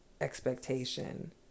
expectation